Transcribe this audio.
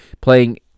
playing